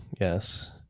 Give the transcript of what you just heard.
yes